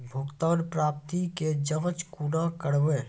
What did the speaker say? भुगतान प्राप्ति के जाँच कूना करवै?